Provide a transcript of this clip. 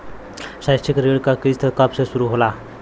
शैक्षिक ऋण क किस्त कब से शुरू होला?